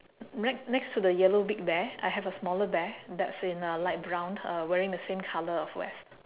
right next to the yellow big bear I have a smaller bear that's in uh light brown wearing the same colour of vest